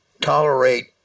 tolerate